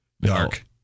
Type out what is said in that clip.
Dark